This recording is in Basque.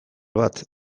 bat